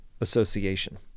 association